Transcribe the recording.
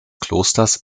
klosters